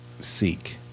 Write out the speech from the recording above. seek